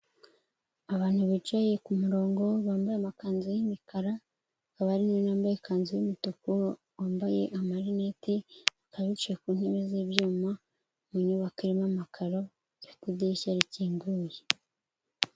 Abantu bicaye ku murongo bambaye amakanzu y'imikaraba, hakaba hari n'undi wambaye ikanzu y'umutuku wambaye amarinete, bakaba bicaye ku ntebe z'ibyuma mu nyubakomo amakaro, ifite idirishya rikinguye.